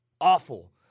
awful